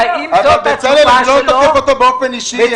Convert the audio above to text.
בצלאל, אני לא תוקף אותו באופן אישי.